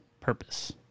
purpose